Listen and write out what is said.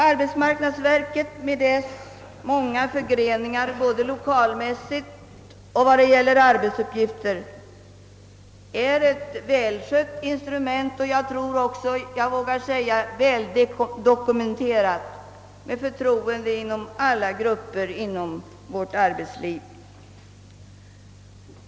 Arbetsmarknadsverket med dess många förgreningar både lokalmässigt och vad gäller arbetsuppgifter är ett välskött och jag tror också att jag vågar säga väldokumenterat instrument med förtroende inom alla grupper i vårt arbetsliv.